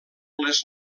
les